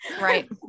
right